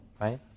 right